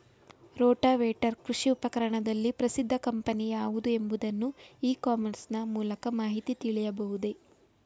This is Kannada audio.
ರೋಟಾವೇಟರ್ ಕೃಷಿ ಉಪಕರಣದಲ್ಲಿ ಪ್ರಸಿದ್ದ ಕಂಪನಿ ಯಾವುದು ಎಂಬುದನ್ನು ಇ ಕಾಮರ್ಸ್ ನ ಮೂಲಕ ಮಾಹಿತಿ ತಿಳಿಯಬಹುದೇ?